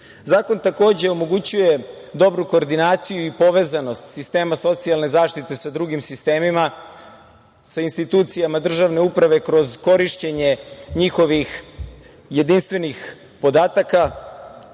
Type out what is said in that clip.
takođe omogućuje dobru koordinaciju i povezanost sistema socijalne zaštite sa drugim sistemima, sa institucijama državne uprave kroz korišćenje njihovih jedinstvenih podataka,